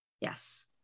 Yes